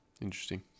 Interesting